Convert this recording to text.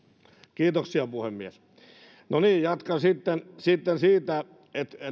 kiitoksia puhemies jatkan sitten sitten siitä että